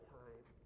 time